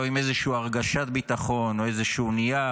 עם איזושהי הרגשת ביטחון או איזשהו נייר,